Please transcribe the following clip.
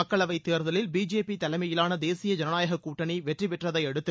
மக்களவைத் தேர்தலில் பிஜேபி தலைமையிலான தேசிய தேசிய ஜனநாயக கூட்டனி வெற்றி பெற்றதையடுத்து